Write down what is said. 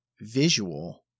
visual